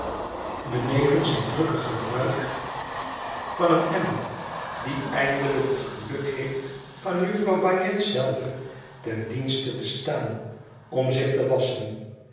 benevens het drukke gebruik van eén emmer die eindelijk het geluk heeft van jufvrouw bagnet zelve ten dienste te staan om zich te wasschen